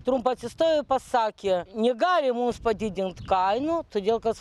trumpai atsistojo ir pasakė negali mums padidint kainų todėl kad